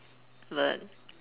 but